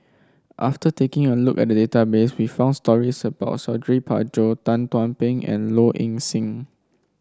after taking a look at the database we found stories about Suradi Parjo Tan Thuan Heng and Low Ing Sing